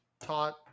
taught